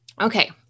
okay